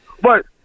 But-